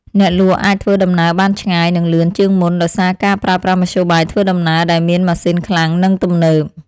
អ្នកលក់អាចធ្វើដំណើរបានឆ្ងាយនិងលឿនជាងមុនដោយសារការប្រើប្រាស់មធ្យោបាយធ្វើដំណើរដែលមានម៉ាស៊ីនខ្លាំងនិងទំនើប។